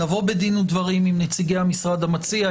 נבוא בדין ודברים עם נציגי המשרד המציע,